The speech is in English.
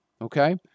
Okay